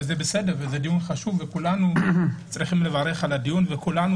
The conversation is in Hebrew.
זה בסדר ודיון חשוב וכולנו צריכים לברך על הדיון וכולנו